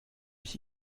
ich